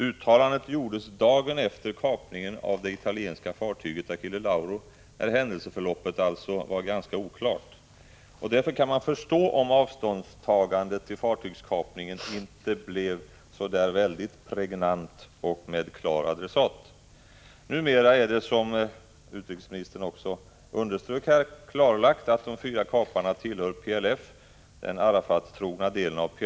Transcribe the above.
Uttalandet gjordes dagen efter kapningen av det italienska fartyget Achille Lauro, där händelseförloppet var ganska oklart. Därför kan man förstå om avståndstagandet till fartygskapningen inte blev så speciellt pregnant och att inte heller adressaten framgick klart. Numera är det, såsom utrikesministern också underströk i sitt svar, klarlagt att de fyra kaparna tillhör PLF, den Arafat-trogna delen av PLO.